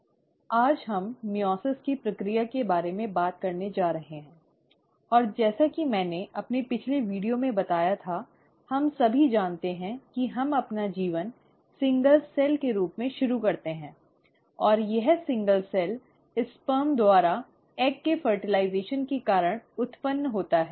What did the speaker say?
अब आज हम मइओसिस की प्रक्रिया के बारे में बात करने जा रहे हैं और जैसा कि मैंने अपने पिछले वीडियो में बताया था हम सभी जानते हैं कि हम अपना जीवन एकल सेल के रूप में शुरू करते हैं और यह एकल सेल शुक्राणु द्वारा अंडे के निषेचन के कारण उत्पन्न होता है